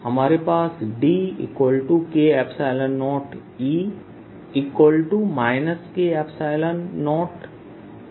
हमारे पास DK0E K0 है